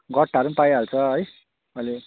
गट्टाहरू पनि पाइहाल्छ है अहिले